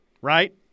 right